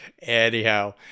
Anyhow